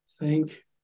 Thank